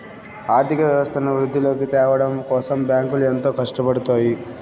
ఆర్థిక వ్యవస్థను వృద్ధిలోకి త్యావడం కోసం బ్యాంకులు ఎంతో కట్టపడుతాయి